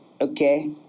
okay